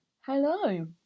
Hello